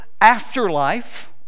afterlife